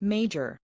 Major